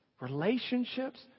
relationships